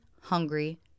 hungry